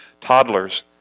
toddlers